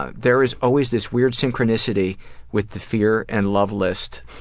ah there is always this weird synchronicity with the fear and love lists,